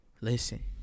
Listen